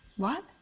what?